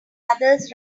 others